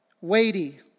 weighty